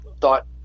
thought